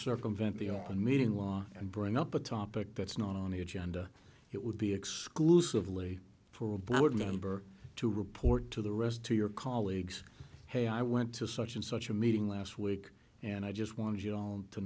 circumvent the open meeting law and bring up a topic that's not on the agenda it would be exclusively for a board member to report to the rest to your colleagues hey i went to such and such a meeting last week and i just want you